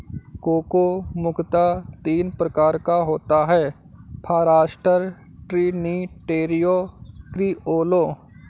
cocoa मुख्यतः तीन प्रकार का होता है फारास्टर, ट्रिनिटेरियो, क्रिओलो